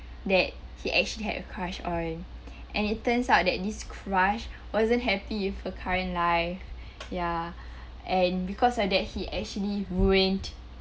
that he actually had a crush on and it turns out that this crush wasn't happy with her current life ya and because of that he actually ruined